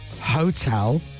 hotel